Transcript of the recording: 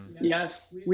Yes